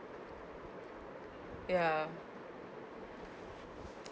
ya